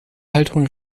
halterung